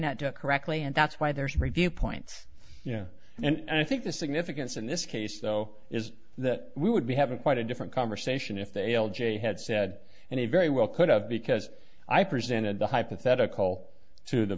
to correctly and that's why there's a review points and i think the significance in this case though is that we would be having quite a different conversation if the l j had said and he very well could have because i presented the hypothetical to the